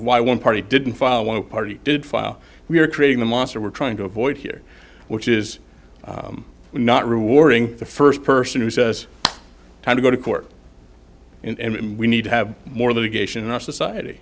why one party didn't follow party did file we are creating the monster we're trying to avoid here which is we're not rewarding the first person who says time to go to court and we need to have more of a geisha in our society